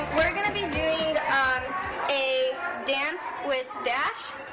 we're going to be doing a dance with dash.